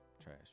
Trash